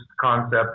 concept